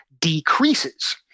decreases